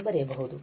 ಎಂದು ಬರೆಯಬಹುದು